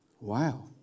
wow